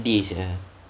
sedih sia